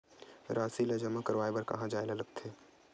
राशि ला जमा करवाय बर कहां जाए ला लगथे